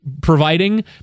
Providing